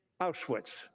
Auschwitz